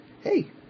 hey